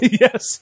Yes